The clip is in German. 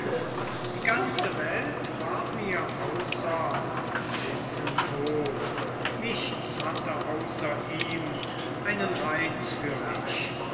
die ganze welt war mir außer narzissen tot nichts hatte außer ihm reiz für mich